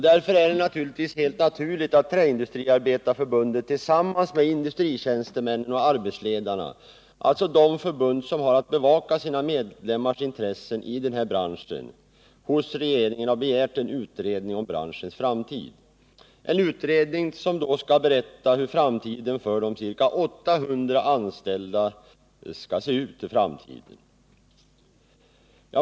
Därför är det helt naturligt att Träindustriarbetareförbundet tillsammans med industritjänstemännen och arbetsledarna, dvs. de förbund som har att bevaka sina medlemmars intressen i den här branschen, hos regeringen har begärt en utredning om branschens framtid, en utredning som då skall berätta om hur framtiden för de ca 800 anställda skall se ut.